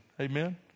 Amen